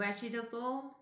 Vegetable